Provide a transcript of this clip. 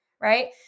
right